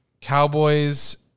Cowboys